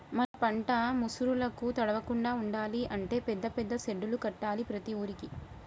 మన పంట ముసురులకు తడవకుండా ఉండాలి అంటే పెద్ద పెద్ద సెడ్డులు కట్టాలి ప్రతి ఊరుకి